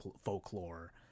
folklore